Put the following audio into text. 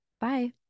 Bye